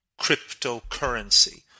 cryptocurrency